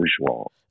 usual